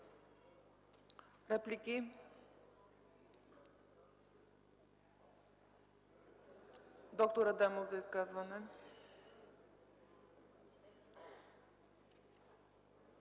Реплики? Доктор Адемов – за изказване.